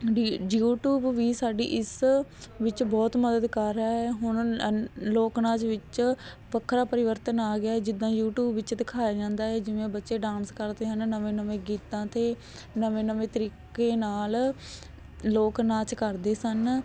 D YouTube ਵੀ ਸਾਡੀ ਇਸ ਵਿੱਚ ਬਹੁਤ ਮਦਦਗਾਰ ਹੁਣ ਲ ਲੋਕ ਨਾਚ ਵਿੱਚ ਵੱਖਰਾ ਪਰਿਵਰਤਨ ਆ ਗਿਆ ਜਿੱਦਾਂ ਯੂਟੀਊਬ ਵਿੱਚ ਦਿਖਾਇਆ ਜਾਂਦਾ ਹੈ ਜਿਵੇਂ ਬੱਚੇ ਡਾਂਸ ਕਰਦੇ ਹਨ ਨਵੇਂ ਨਵੇਂ ਗੀਤਾਂ 'ਤੇ ਨਵੇਂ ਨਵੇਂ ਤਰੀਕੇ ਨਾਲ ਲੋਕ ਨਾਚ ਕਰਦੇ ਸਨ